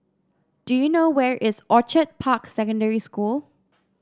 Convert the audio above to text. do you know where is Orchid Park Secondary School